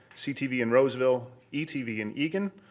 ctv in roseville, etv in eagan,